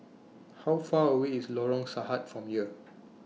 How Far away IS Lorong Sahad from here